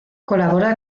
colabora